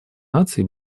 наций